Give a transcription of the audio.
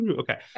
Okay